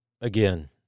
again